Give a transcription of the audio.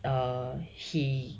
err he